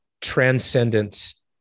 transcendence